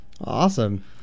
awesome